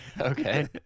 Okay